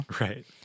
Right